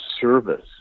service